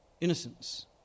innocence